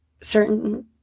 certain